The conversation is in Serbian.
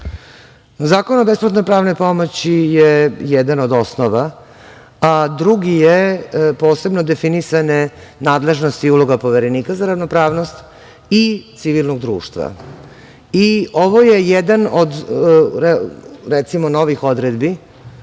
Zakon o besplatnoj pravnoj pomoći je jedan od osnova, a drugi je posebno definisane nadležnosti uloga Poverenika za ravnopravnost i civilnog društva. Ovo je jedan od novih odredbi